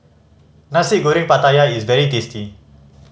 Nasi Goreng Pattaya is very tasty